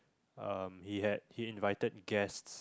ah he had he invited guests